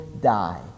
die